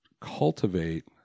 cultivate